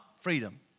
freedom